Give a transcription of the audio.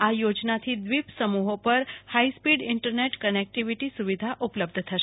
આ યોજનાથી દ્વિપ સમુહો પર હાઇસ્પીડ ઇન્ટરનેટ કનેકટીવીટી સુવિધા ઉપલબ્ધ થશે